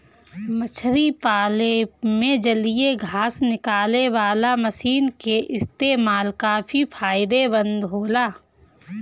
मछरी पाले में जलीय घास निकालेवाला मशीन क इस्तेमाल काफी फायदेमंद होला